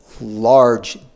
large